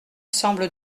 semble